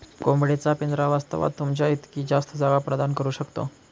कोंबडी चा पिंजरा वास्तवात, तुमच्या इतकी जास्त जागा प्रदान करू शकतो